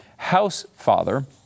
Housefather